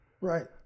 Right